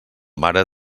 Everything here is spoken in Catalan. mare